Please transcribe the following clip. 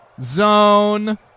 zone